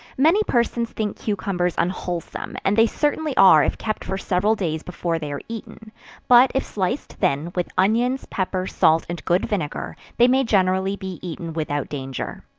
many persons think cucumbers unwholesome, and they certainly are if kept for several days before they are eaten but if sliced thin, with onions, pepper, salt and good vinegar, they may generally be eaten without danger.